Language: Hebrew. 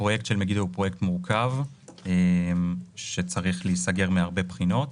הפרויקט של מגידו הוא פרויקט מורכב שצריך להיסגר מהרבה בחינות,